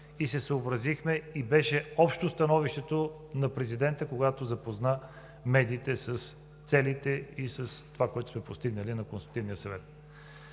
и се съобразихме, и беше общо становището на президента, когато запозна медиите с целите и с това, което сме постигнали на Консултативния съвет.